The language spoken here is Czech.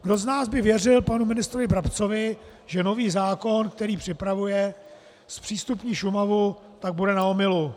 Kdo z nás by věřil panu ministrovi Brabcovi, že nový zákon, který připravuje, zpřístupní Šumavu, tak bude na omylu.